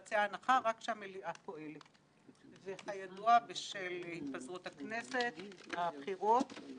אין מליאה ולכן בפועל לא ניתן להניח את הדוח על שולחן הכנסת.